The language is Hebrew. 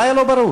מה היה לא ברור?